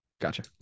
Gotcha